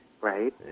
right